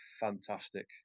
fantastic